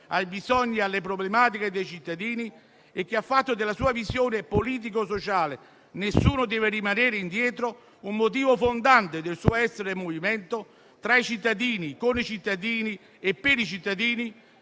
ai bisogni e alle problematiche dei cittadini, che ha fatto della sua visione politico-sociale (nessuno deve rimanere indietro) un motivo fondante del suo essere movimento tra i cittadini, con i cittadini e per i cittadini,